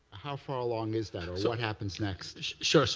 how far along is that? what happens next? sure, so